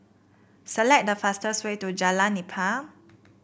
select the fastest way to Jalan Nipah